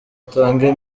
atanga